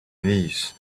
knees